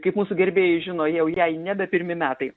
kaip mūsų gerbėjai žino jau jai nebe pirmi metai